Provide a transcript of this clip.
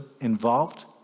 involved